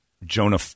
Jonah